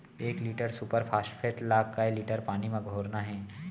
एक litre super phosphate ला कए लीटर पानी मा घोरना हे?